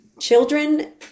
children